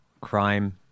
crime